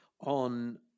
on